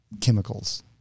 chemicals